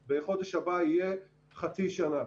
בחודש הבא ענף התעופה יהיה מושבת כבר חצי שנה.